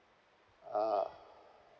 ah